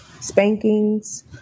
spankings